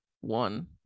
one